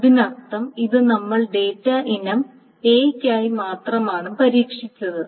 അതിനർത്ഥം ഇത് നമ്മൾ ഡാറ്റ ഇനം എയ്ക്കായി മാത്രമാണ് പരീക്ഷിച്ചത്